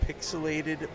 pixelated